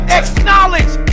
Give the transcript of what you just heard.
acknowledge